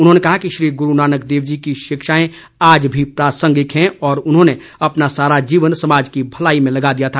उन्होंने कहा कि श्री गुरू नानक देव जी की शिक्षाएं आज भी प्रासंगिक है और उन्होंने अपना सारा जीवन समाज की भलाई में लगा दिया था